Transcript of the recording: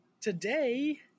today